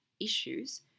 issues